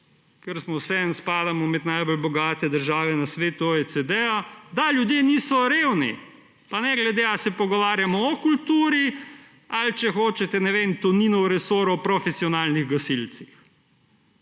ker vseeno spadamo med najbolj bogate države OECD na svetu, da ljudje niso revni. Pa ne glede na to, ali se pogovarjamo o kulturi, ali če hočete, ne vem, Toninov resor o profesionalnih gasilcih.